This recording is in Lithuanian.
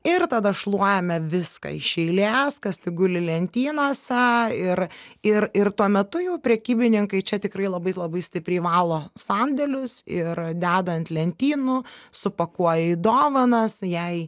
ir tada šluojame viską iš eilės kas tik guli lentynose ir ir ir tuo metu jau prekybininkai čia tikrai labai labai stipriai valo sandėlius ir deda ant lentynų supakuoja į dovanas jei